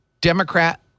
Democrat